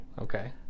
okay